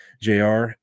jr